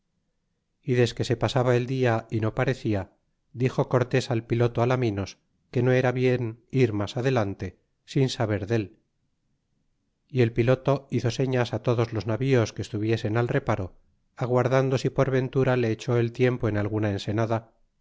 y desque se pasaba el dia y no pare cia dixo cortés al piloto alaminos que no era bien ir mas adelante sin saber del y el piloto hizo señas todos los navíos que estuviesen al reparo aguardando si por ventura le echó el tiempo en alguna ense